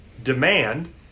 Demand